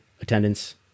attendance